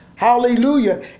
Hallelujah